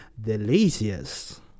delicious